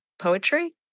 poetry